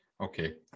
okay